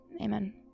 Amen